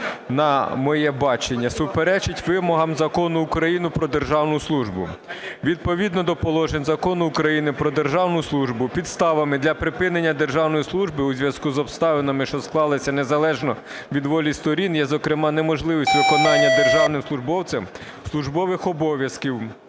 на моє бачення, суперечить вимогам Закону України "Про державну службу". Відповідно до положень Закону України "Про державну службу" підставами для припинення державної служби у зв'язку з обставинами, що склалися незалежно від волі сторін, є, зокрема, неможливість виконання державним службовцем службових обов'язків